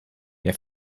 der